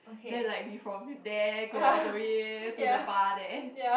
then like we from there go all the way to the bar there